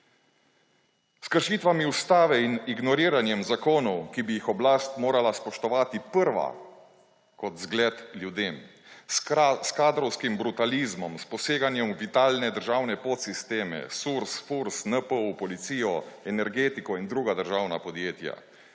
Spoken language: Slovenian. S kršitvami ustave in ignoriranjem zakonov, ki bi jih oblast morala spoštovati prva kot zgled ljudem, s kadrovskim brutalizmom, s poseganjem v vitalne državne podsisteme − SURS, FURS, NPU, v policijo, Energetiko in druga državna podjetja,